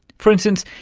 for instance,